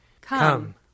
Come